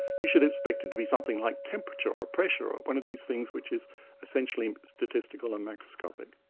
you should expect it to be something like temperature, or pressure, or one of these things which is essentially statistical and macroscopic.